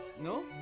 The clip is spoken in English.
no